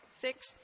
six